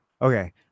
Okay